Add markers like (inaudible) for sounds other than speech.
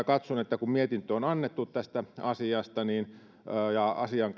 (unintelligible) katson että koska mietintö on annettu tästä asiasta ja asian (unintelligible)